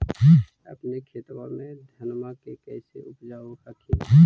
अपने खेतबा मे धन्मा के कैसे उपजाब हखिन?